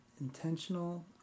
intentional